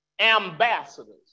ambassadors